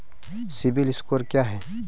CIBIL score क्या है?